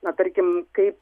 na tarkim kaip